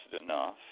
enough